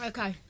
Okay